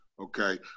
okay